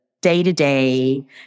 day-to-day